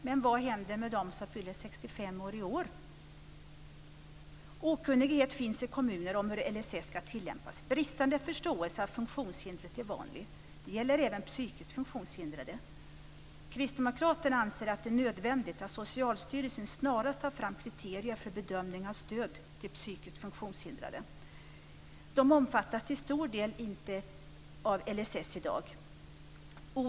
Men vad händer med dem som fyller 65 år i år? Okunnighet finns i kommuner om hur LSS ska tillämpas. Bristande förståelse för funktionshindret är vanligt. Det gäller även psykiskt funktionshindrade. Kristdemokraterna anser att det är nödvändigt att Socialstyrelsen snarast tar fram kriterier för bedömning av stöd till psykiskt funktionshindrade. De omfattas till stor del inte av LSS i dag.